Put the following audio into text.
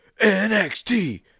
NXT